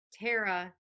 Tara